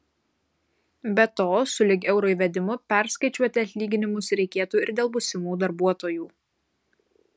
be to sulig euro įvedimu perskaičiuoti atlyginimus reikėtų ir dėl būsimų darbuotojų